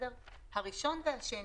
הראשון והשני,